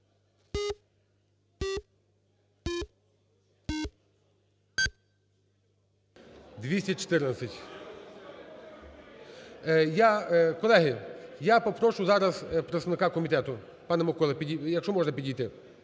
За-214 Колеги, я попрошу зараз представника комітету, пане Миколо, якщо можна підійти,